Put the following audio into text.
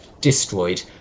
destroyed